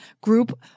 group